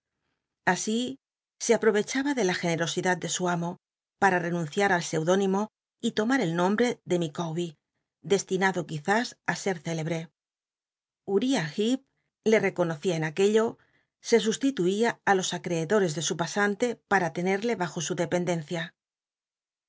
así se aptovcchaba de la generosidad de su anro pma renunciar al scudónin to y lonta r el nombre de micalvber d slinado quizüs ií cr célebre uriah llecp le reconocía en aquello se ll ti tuia i los acreedores de su pm antc para le n rlr hajo su dependencia